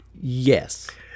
Yes